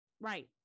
Right